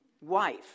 wife